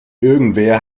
irgendwer